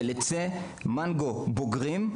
של עצי מנגו בוגרים,